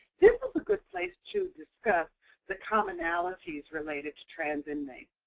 this is a good place to discuss the commonalities related to trans inmates.